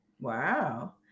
wow